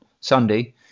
Sunday